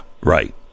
Right